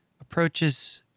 approaches